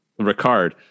ricard